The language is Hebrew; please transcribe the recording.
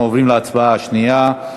אנחנו עוברים להצבעה השנייה,